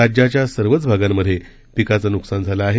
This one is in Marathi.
राज्याच्या सर्वच भागांमध्ये पिकाचं नुकसान झालं आहे